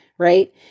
Right